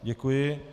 Děkuji.